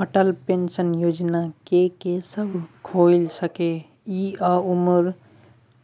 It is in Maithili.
अटल पेंशन योजना के के सब खोइल सके इ आ उमर